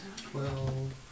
twelve